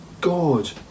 God